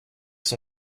son